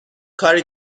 کاری